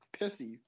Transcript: pissy